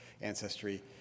ancestry